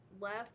left